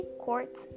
Quartz